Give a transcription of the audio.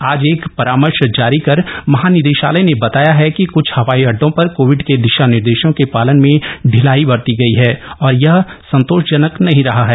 आज एक परामर्श जारी कर महानिदेशालय ने बताया है कि क्छ हवाई अड्डों पर कोविड के दिशा निर्देशों के पालन में ढिलाई बरती गई है और यह संतोषजनक नहीं रहा है